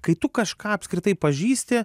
kai tu kažką apskritai pažįsti